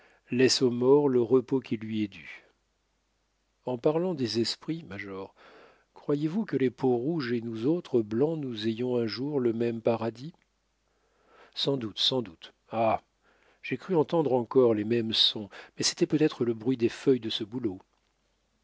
laisse au mort le repos qui lui est dû en parlant des esprits major croyez-vous que les peauxrouges et nous autres blancs nous ayons un jour le même paradis sans doute sans doute ah j'ai cru entendre encore les mêmes sons mais c'était peut-être le bruit des feuilles de ce bouleau